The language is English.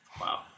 Wow